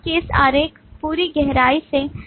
उपयोग केस आरेख पूरी गहराई से